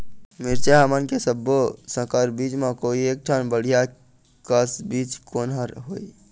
मिरचा हमन के सब्बो संकर बीज म कोई एक ठन बढ़िया कस बीज कोन हर होए?